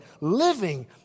living